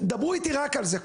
דברו איתי רק על זה,